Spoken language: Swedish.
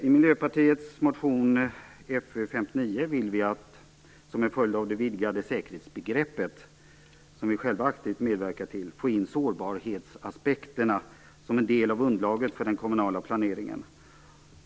I Miljöpartiets motion Fö59 framförs att vi, som en följd av det vidgade säkerhetsbegreppet som vi själva aktivt medverkat till, vill få in sårbarhetsaspekterna som en del av underlaget för den kommunala planeringen.